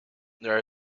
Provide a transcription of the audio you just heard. there